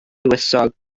tywysog